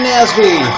Nasby